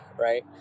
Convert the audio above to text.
right